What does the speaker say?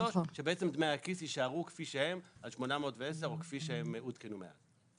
שבעצם דמי הכיס יישארו כפי שהם על 810 או כפי שהם עודכנו מאז.